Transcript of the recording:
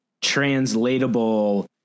translatable